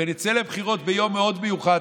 ונצא לבחירות ביום מאוד מיוחד.